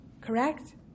correct